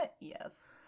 Yes